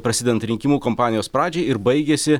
prasidedant rinkimų kampanijos pradžiai ir baigiasi